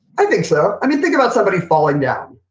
i think so. think about somebody falling down.